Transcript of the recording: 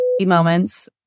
moments